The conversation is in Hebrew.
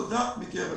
תודה מקרב לב.